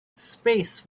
space